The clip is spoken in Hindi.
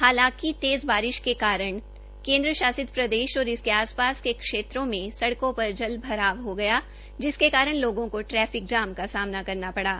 हालांकि तेज़ बारिश के कारण केन्द्र शासित प्रदेश और इसके आस पास के क्षेत्रों में सड़को पर जल भराव हो गया जिसके कारण लोगों को ट्रैफिक जाम का सामना करना पड़ा